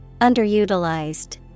Underutilized